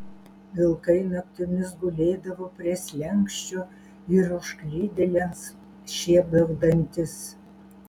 vilkai naktimis gulėdavo prie slenksčio ir užklydėliams šiepdavo dantis